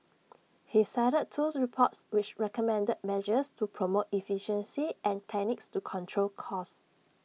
he cited twos reports which recommended measures to promote efficiency and techniques to control costs